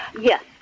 Yes